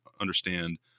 understand